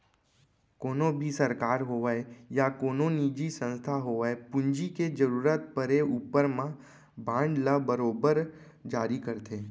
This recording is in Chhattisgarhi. कोनों भी सरकार होवय या कोनो निजी संस्था होवय पूंजी के जरूरत परे ऊपर म बांड ल बरोबर जारी करथे